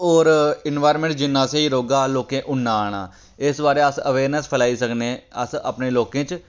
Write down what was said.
होर इनवारनेंट जिन्ना स्हेई रौह्गा लोकें उन्ना आना इस बारी अस अवेयरनेस फलाई सकने अस अपने लोकें च